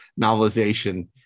novelization